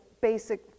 basic